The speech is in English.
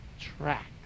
track